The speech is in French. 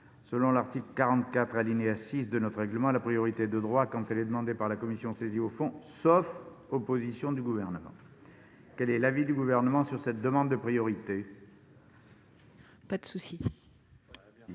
de l'article 44, alinéa 6, du règlement du Sénat, la priorité est de droit quand elle est demandée par la commission saisie au fond, sauf opposition du Gouvernement. Quel est l'avis du Gouvernement sur cette demande de priorité ? Avis